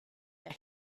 that